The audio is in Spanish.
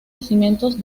yacimientos